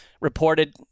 reported